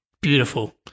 beautiful